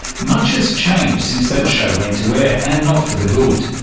much has changed since that show went to air, and not for the good.